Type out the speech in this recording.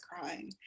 crying